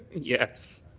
and yes.